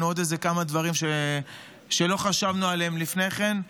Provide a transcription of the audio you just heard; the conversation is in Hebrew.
עוד כמה דברים שלא חשבנו עליהם לפני כן.